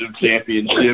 championship